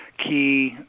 key